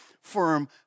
firm